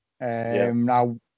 now